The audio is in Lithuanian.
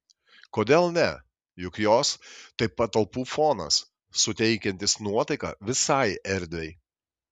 kodėl ne juk jos tai patalpų fonas suteikiantis nuotaiką visai erdvei